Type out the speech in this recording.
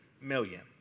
million